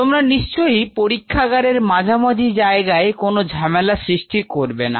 তোমরা নিশ্চয়ই পরীক্ষাগারের মাঝামাঝি জায়গায় কোন ঝামেলা সৃষ্টি করবে না